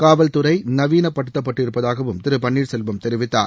காவல்துறை நவீனப்படுத்தப்பட்டிருப்பதாகவும் திரு பன்னீர்செல்வம் தெரிவித்தார்